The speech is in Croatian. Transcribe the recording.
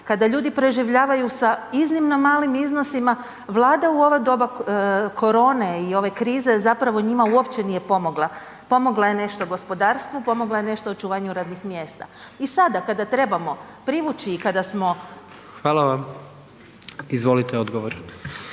kada ljudi preživljavaju sa iznimno malim iznosima, Vlada u ovo doba korone i ove krize zapravo njima uopće nije pomogla. Pomogla je nešto gospodarstvu, pomogla je nešto očuvanju radnih mjesta. I sada kada trebamo privući i kada smo … **Jandroković, Gordan